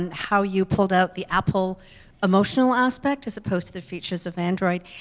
and how you pulled out the apple emotional aspect as opposed to the features of android.